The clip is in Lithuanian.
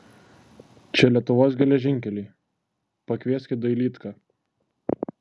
čia lietuvos geležinkeliai pakvieskit dailydką